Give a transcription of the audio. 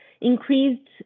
Increased